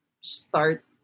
start